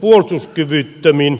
pari esimerkkiä